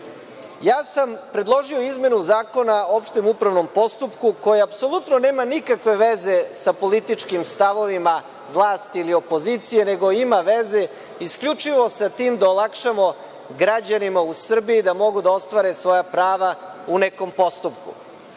sam predložio izmenu Zakona o opštem upravnom postupku koji apsolutno nema nikakve veze sa političkim stavovima vlasti ili opozicije, nego ima veze isključivo sa tim da olakšamo građanima u Srbiji da mogu da ostvare svoja prava u nekom postupku. Ovaj